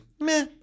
meh